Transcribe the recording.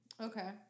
Okay